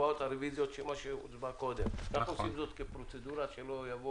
אנחנו עושים זאת כפרצדורה כדי שלא יבוא